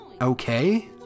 okay